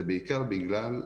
זה בעיקר בגלל,